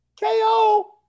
KO